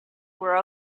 were